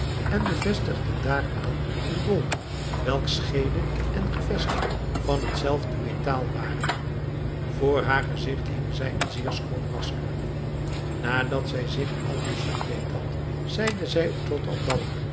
en bevestigde daaraan een dolk welks scheede en gevest van hetzelfde metaal waren voor haar gezicht hing zij een zeer schoon masker nadat zij zich aldus verkleed had zeide zij tot